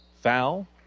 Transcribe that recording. Foul